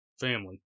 family